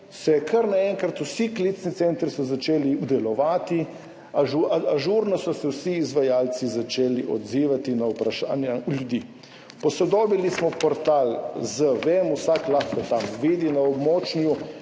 so kar naenkrat vsi klicni centri začeli delovati, ažurno so se vsi izvajalci začeli odzivati na vprašanja ljudi. Posodobili smo portal zVEM, vsak lahko to tam vidi. Na območju